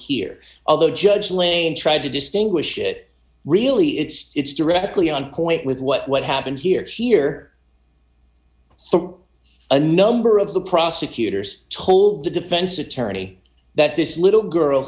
here although judge lane tried to distinguish it really it's directly on point with what happened here here so a number of the prosecutors told the defense attorney that this little girl